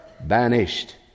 banished